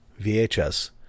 VHS